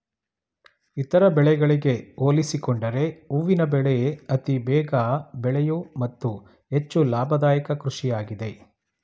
ಇತರ ಬೆಳೆಗಳಿಗೆ ಹೋಲಿಸಿಕೊಂಡರೆ ಹೂವಿನ ಬೆಳೆ ಅತಿ ಬೇಗ ಬೆಳೆಯೂ ಮತ್ತು ಹೆಚ್ಚು ಲಾಭದಾಯಕ ಕೃಷಿಯಾಗಿದೆ